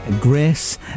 grace